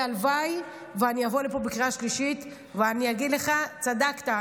והלוואי שאני אבוא לפה בקריאה שלישית ואני אגיד לך: צדקת.